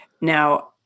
Now